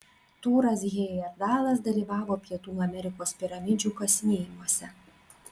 tūras hejerdalas dalyvavo pietų amerikos piramidžių kasinėjimuose